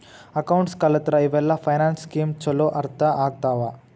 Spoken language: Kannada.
ಅಕೌಂಟ್ಸ್ ಕಲತ್ರ ಇವೆಲ್ಲ ಫೈನಾನ್ಸ್ ಸ್ಕೇಮ್ ಚೊಲೋ ಅರ್ಥ ಆಗ್ತವಾ